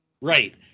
Right